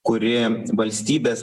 kuri valstybės